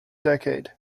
decade